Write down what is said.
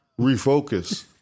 refocus